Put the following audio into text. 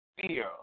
Fear